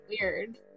weird